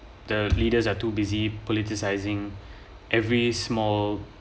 the leaders are too busy politicising every small